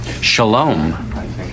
Shalom